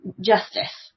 justice